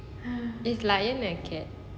is lion a cat